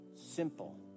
Simple